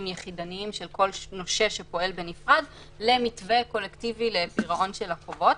יחידניים של כל נושה שפועל בנפרד למתווה קולקטיבי לפירעון של החובות.